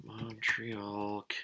Montreal